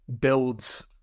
builds